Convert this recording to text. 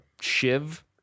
Shiv